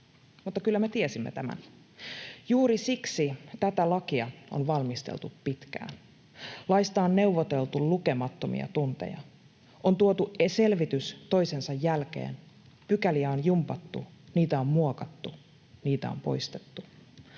Mutta kyllä me tiesimme tämän. Juuri siksi tätä lakia on valmisteltu pitkään. Laista on neuvoteltu lukemattomia tunteja. On tuotu selvitys toisensa jälkeen. Pykäliä on jumpattu, niitä on muokattu, niitä on poistettu.